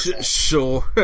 sure